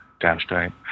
downstream